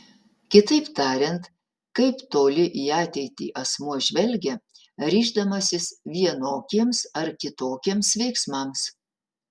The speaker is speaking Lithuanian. kitaip tariant kaip toli į ateitį asmuo žvelgia ryždamasis vienokiems ar kitokiems veiksmams